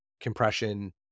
compression